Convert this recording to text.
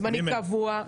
זמני-קבוע.